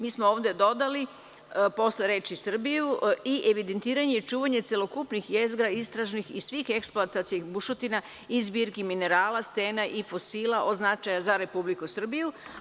Mi smo ovde dodali posle reči „Srbiju“ i „evidentiranje i čuvanje celokupnih jezgra istražnih i svih eksploatacionih bušotina i zbirki minerala, stena i fosila od značaja za Republiku Srbiju“